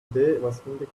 indicating